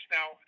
Now